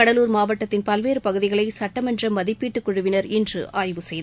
கடலூர் மாவட்டத்தின் பல்வேறு பகுதிகளை சட்டமன்ற மதிப்பீட்டுக் குழுவினா் இன்று ஆய்வு செய்தனர்